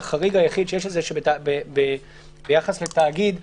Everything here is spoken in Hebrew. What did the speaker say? החריג היחיד לזה הוא שביחס לתאגיד,